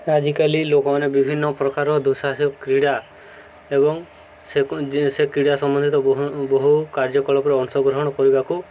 ଆଜିକାଲି ଲୋକମାନେ ବିଭିନ୍ନ ପ୍ରକାର ଦୁଃସାହସିକ କ୍ରୀଡ଼ା ଏବଂ ସେ ସେ କ୍ରୀଡ଼ା ସମ୍ବନ୍ଧିତ ବହୁ କାର୍ଯ୍ୟକଳାପରେ ଅଂଶଗ୍ରହଣ କରିବାକୁ